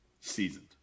Seasoned